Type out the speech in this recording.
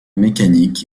mécanique